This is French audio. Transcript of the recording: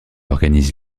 organise